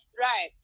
Right